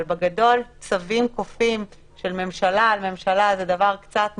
אבל בגדול צווים כופים של ממשלה על ממשלה זה דבר קצת מורכב.